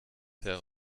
herr